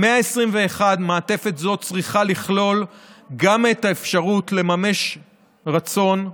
במאה ה-21 מעטפת זו צריכה לכלול גם את האפשרות לממש רצון,